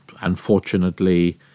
Unfortunately